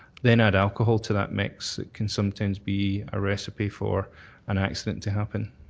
then add alcohol to that mix, it can sometimes be a recipe for an accident to happen.